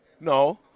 No